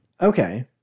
Okay